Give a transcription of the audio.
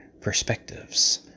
perspectives